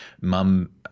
mum